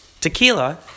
tequila